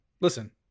listen